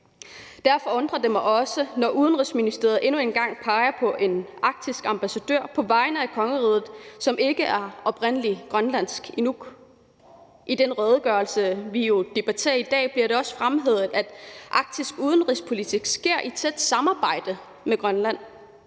Derfor undrer det mig også, når Udenrigsministeriet endnu en gang peger på en arktisk ambassadør på vegne af kongeriget, som ikke er oprindelig grønlandsk inuk. I den redegørelse, vi jo debatterer i dag, bliver det også fremhævet, at arktisk udenrigspolitik sker i tæt samarbejde med Grønland.